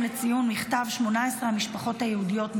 לציון מכתב 18 המשפחות היהודיות מגאורגיה,